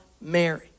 Mary